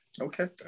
Okay